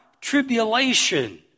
tribulation